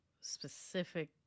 specific